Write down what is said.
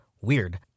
Weird